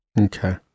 Okay